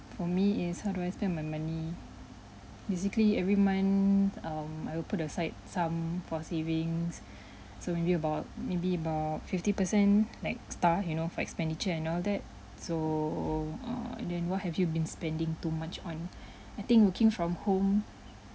for me is how do I spend my money basically every month um I would put aside some for savings so maybe about maybe about fifty per cent like stuff you know for expenditure and all that so err and then what have you been spending too much on I think working from home